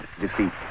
defeat